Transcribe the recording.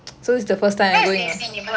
where is A_C buona vista ah